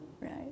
right